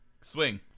swing